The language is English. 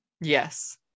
Yes